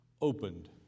opened